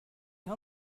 har